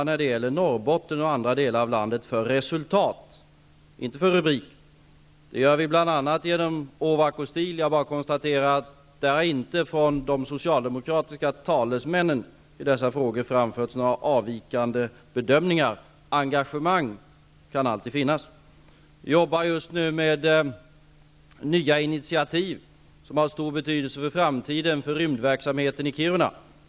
När det gäller Norrbotten och andra delar av landet jobbar jag för resultat, inte för rubriker. Det gäller bl.a. Ovako Steel. Jag konstaterar att det från de socialdemokratiska talesmännen i dessa frågor inte har framförts några avvikande bedömningar. Engagemang kan alltid finnas. Vi jobbar just nu med nya initiativ, som har stor betydelse för framtiden för rymdverksamheten i Kiruna.